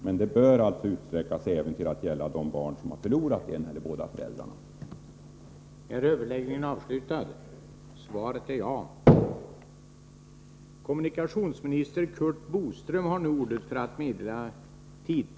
Men det förhållandet bör utsträckas till att gälla även de barn som har förlorat en av sina föräldrar eller båda.